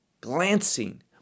glancing